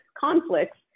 conflicts